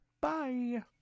bye